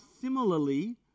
similarly